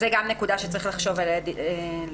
זו גם נקודה שצריך לחשוב עליה לדיון.